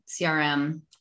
CRM